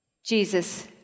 Jesus